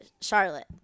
Charlotte